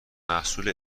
محصول